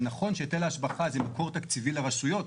שנכון שהיטל ההשבחה זה מקור תקציבי לרשויות,